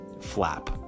flap